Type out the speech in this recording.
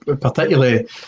particularly